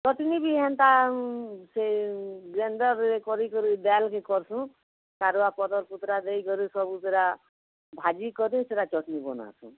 ଚଟ୍ନୀ ବି ହେନ୍ତା ସେ ଗ୍ରାଇଣ୍ଡର୍ରେ କରି କରି ଡାଲ୍କେ କରସୁଁ ସାରୁଆ ପତର କୁ ପୂରା ଦେଇ କରି ସବୁ ପୂରା ଭାଜି କରି ସେଟା ଚଟନୀ ବନାସନ୍